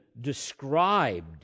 described